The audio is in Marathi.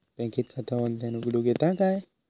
बँकेत खाता ऑनलाइन उघडूक येता काय?